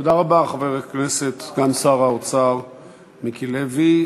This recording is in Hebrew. תודה רבה, חבר הכנסת סגן שר האוצר מיקי לוי.